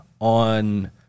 on